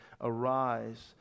Arise